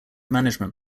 management